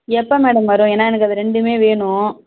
எப்போ மேடம் வரும் ஏன்னால் எனக்கு அது ரெண்டுமே வேணும்